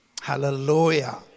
Hallelujah